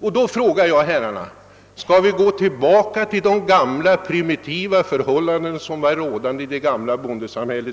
Då vill jag fråga herrarna: Skall vi gå tillbaka till de primitiva förhållanden som rådde i det gamla bondesamhället?